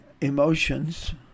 emotions